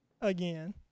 again